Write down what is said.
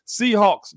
Seahawks